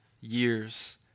years